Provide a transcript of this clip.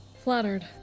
Flattered